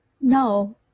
No